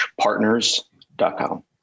partners.com